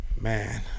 man